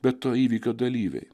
bet to įvykio dalyviai